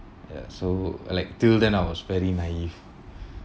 ya so like till then I was very naive